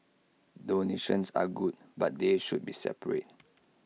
donations are good but they should be separate